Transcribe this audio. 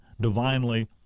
divinely